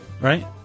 right